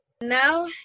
Now